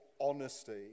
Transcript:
honesty